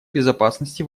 безопасности